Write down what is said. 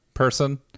person